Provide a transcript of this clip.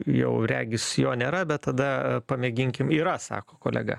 jau regis jo nėra bet tada pamėginkim yra sako kolega